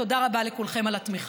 תודה לכולכם על התמיכה.